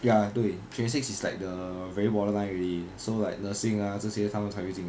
ya 对 twenty-six is like the very borderline already so like nursing lah 这些他们才会进